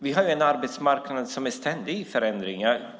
Vi har en arbetsmarknad som är i ständig förändring.